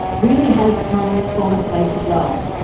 really has come from a place of love.